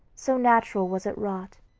so naturally was it wrought,